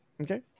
Okay